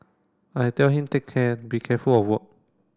I tell him take care and be careful of work